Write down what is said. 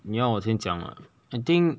你要我先讲 ah I think